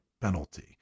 penalty